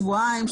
שבועיים,